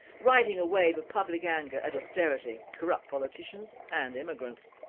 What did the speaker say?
riding a wave of public anger at austerity, corrupt politicians and immigrants.